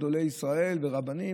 אלו גדולי ישראל ורבנים,